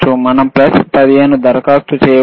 మనం ప్లస్ దరఖాస్తు చేయవచ్చు